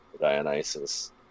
Dionysus